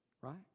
right